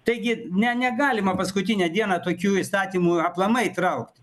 taigi ne negalima paskutinę dieną tokių įstatymų aplamai traukt